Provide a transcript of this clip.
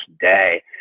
day